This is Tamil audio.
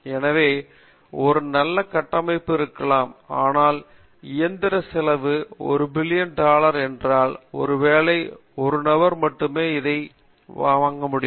எனவே ஒரு நல்ல கட்டமைப்பு இருக்கலாம் ஆனால் இயந்திர செலவு 1 பில்லியன் டாலர் என்றால் ஒருவேளை 1 நபர் மட்டுமே அதை வாங்க முடியும்